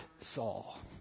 Saul